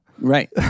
Right